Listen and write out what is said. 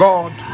God